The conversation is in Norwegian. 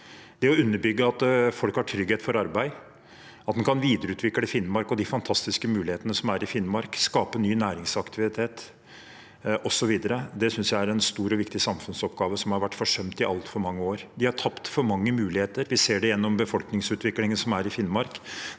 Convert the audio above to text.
Å underbygge at folk har trygghet for arbeid og at en kan videreutvikle Finnmark og de fantastiske mulighetene som er i Finnmark, skape ny næringsaktivitet, osv., synes jeg er en stor og viktig samfunnsoppgave som har vært forsømt i altfor mange år. De har tapt for mange muligheter. Vi ser det gjennom at befolkningsutviklingen i Finnmark